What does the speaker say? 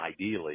ideally